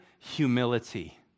humility